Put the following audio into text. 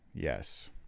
Yes